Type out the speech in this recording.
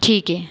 ठीक आहे